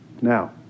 Now